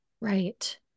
right